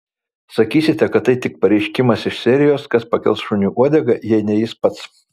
sakysite kad tai tik pareiškimas iš serijos kas pakels šuniui uodegą jei ne jis pats